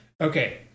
Okay